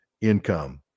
income